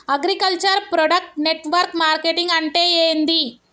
Agriculture product network marketing అంటే ఏంది?